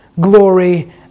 glory